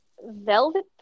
Velvet